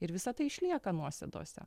ir visa tai išlieka nuosėdose